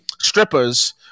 strippers